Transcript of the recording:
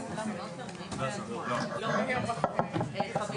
בכל פעם את מאירה באור אחר זרקור על מקומות כאלה חשוכים